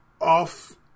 off